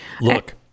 Look